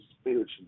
spiritually